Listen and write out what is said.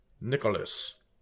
Nicholas